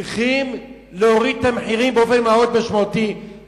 צריך להוריד את המחירים של חומרי הגלם באופן משמעותי מאוד,